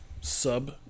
sub